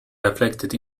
reflected